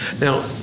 Now